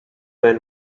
were